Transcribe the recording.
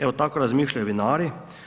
Evo, tako razmišljaju vinari.